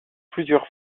plusieurs